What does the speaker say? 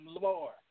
more